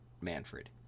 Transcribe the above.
Manfred